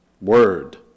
Word